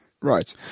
right